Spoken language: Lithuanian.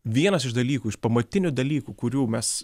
vienas iš dalykų iš pamatinių dalykų kurių mes